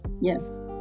yes